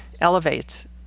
elevates